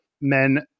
men